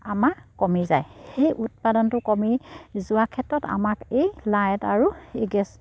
আমাৰ কমি যায় সেই উৎপাদনটো কমি যোৱাৰ ক্ষেত্ৰত আমাক এই লাইট আৰু এই গেছ